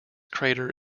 crater